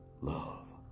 love